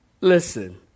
Listen